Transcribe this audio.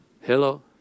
Hello